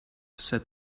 said